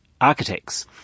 Architects